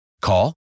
Call